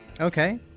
Okay